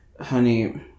Honey